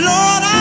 Lord